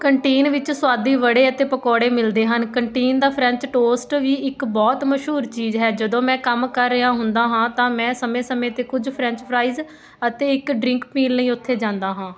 canteen ਵਿੱਚ ਸੁਆਦੀ ਵੜੇ ਅਤੇ ਪਕੌੜੇ ਮਿਲਦੇ ਹਨ ਕੰਟੀਨ ਦਾ ਫ੍ਰੈਂਚ ਟੋਸਟ ਵੀ ਇੱਕ ਬਹੁਤ ਮਸ਼ਹੂਰ ਚੀਜ਼ ਹੈ ਜਦੋਂ ਮੈਂ ਕੰਮ ਕਰ ਰਿਹਾ ਹੁੰਦਾ ਹਾਂ ਤਾਂ ਮੈਂ ਸਮੇਂ ਸਮੇਂ 'ਤੇ ਕੁਝ ਫ੍ਰੈਂਚ ਫਰਾਈਜ਼ ਅਤੇ ਇੱਕ ਡ੍ਰਿੰਕ ਪੀਣ ਲਈ ਉੱਥੇ ਜਾਂਦਾ ਹਾਂ